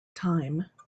time